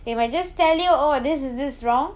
they will just tell you oh this is this wrong